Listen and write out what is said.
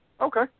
Okay